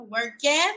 Working